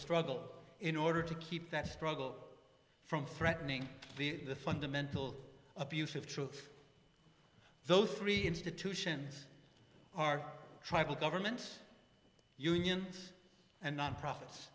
struggle in order to keep that struggle from threatening the fundamental abuse of truth though three institutions are tribal governments unions and non profits